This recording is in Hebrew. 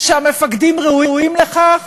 שהמפקדים ראויים לכך,